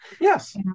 Yes